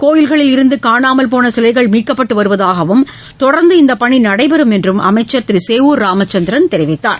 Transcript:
கோயில்களில் இருந்து காணாமல் போன சிலைகள் மீட்கப்பட்டு வருவதாகவும் தொடர்ந்து இந்த பணி நடைபெறும் என்றும் அமைச்சர் திரு சேவூர் ராமச்சந்திரன் தெரிவித்தார்